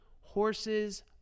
Horses